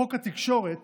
חוק התקשורת